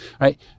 right